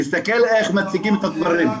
תסתכל איך מציגים את הדברים.